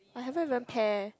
I haven't even pair